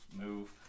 move